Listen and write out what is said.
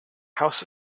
house